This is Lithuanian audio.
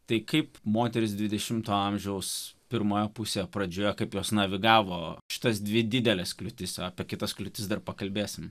tai kaip moteris dvidešimto amžiaus pirma pusė pradžioje kaip jos navigavo šitas dvi dideles kliūtis apie kitas kliūtis dar pakalbėsime